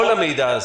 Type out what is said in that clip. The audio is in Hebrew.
כל המידע הזה,